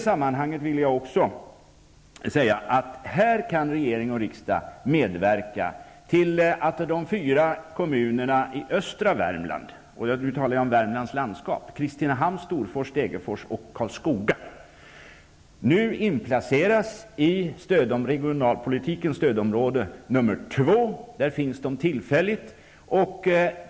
Här kan regering och riksdag medverka till att de fyra kommunerna i östra Värmland--Kristinehamn, Storfors, Degerfors och Karlskoga -- nu placeras i regionalpolitikens stödområde nr 2, där de nu finns tillfälligt.